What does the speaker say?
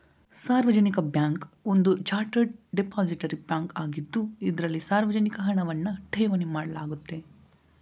ಸಾರ್ವಜನಿಕ ಬ್ಯಾಂಕ್ ಒಂದು chartered depository bank ಆಗಿದ್ದು ಇದ್ರಲ್ಲಿ ಸಾರ್ವಜನಿಕ ಹಣವನ್ನ ಠೇವಣಿ ಮಾಡಲಾಗುತ್ತೆ